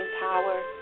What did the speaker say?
power